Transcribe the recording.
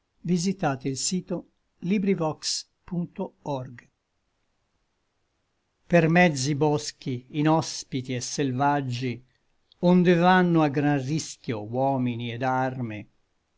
e l tempo per mezz'i boschi inhospiti et selvaggi onde vanno a gran rischio uomini et arme